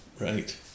right